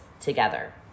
together